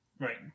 right